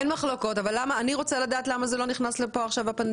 אני רוצה לדעת למה הפנדמיה לא נכנסת לכאן עכשיו.